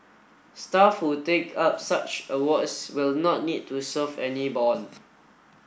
staff who take up such awards will not need to serve any bond